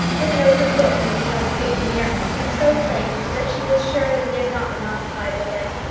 with an open book indeed on the table near him, but so placed that she was sure that he had not been occupied with it.